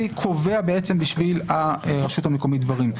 קובעים בשביל הרשות המקומית דברים.